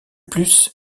plus